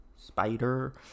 Spider